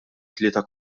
tlieta